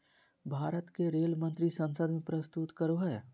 भारत के रेल मंत्री संसद में प्रस्तुत करो हइ